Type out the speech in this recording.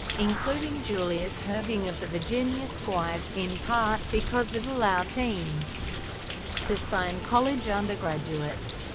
including julius erving of the virginia squires, in part, because it allowed teams to sign college undergraduates.